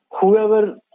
whoever